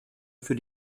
für